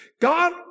God